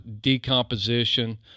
decomposition